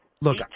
Look